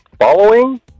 following